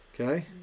Okay